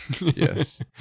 Yes